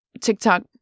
TikTok